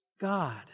God